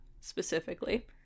specifically